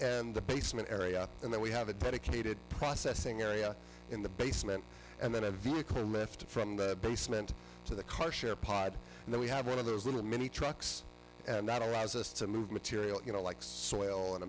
and the basement area and then we have a dedicated processing area in the basement and then a very clear message from the basement to the car share pipe and then we have one of those little mini trucks and that arises to move material you know like soil and